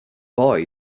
boy